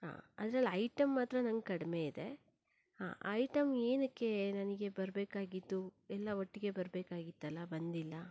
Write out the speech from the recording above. ಹಾಂ ಅದ್ರಲ್ಲಿ ಐಟಂ ಮಾತ್ರ ನಂಗೆ ಕಡಿಮೆ ಇದೆ ಹಾಂ ಐಟಂ ಏನಕ್ಕೆ ನನಗೆ ಬರಬೇಕಾಗಿದ್ದು ಎಲ್ಲ ಒಟ್ಟಿಗೆ ಬರಬೇಕಾಗಿತ್ತಲ್ಲ ಬಂದಿಲ್ಲ